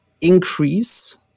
increase